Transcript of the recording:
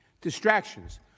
distractions